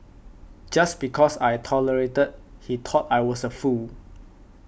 just because I tolerated he thought I was a fool